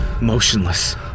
motionless